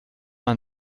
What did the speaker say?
man